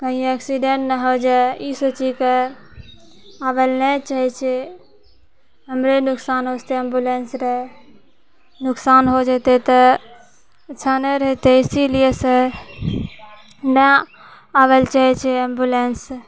कही एक्सीडेंट नहि हो जाय ईसब चीज के आबय लए नहि चाहै छै हमरे नुकसान हो जेतै एम्बुलेन्स रए नुकसान हो जेतै तऽ अच्छा नहि रहितै इसीलिए से नहि अबय लए चाहै छै एम्बुलेन्स